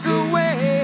away